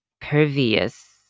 pervious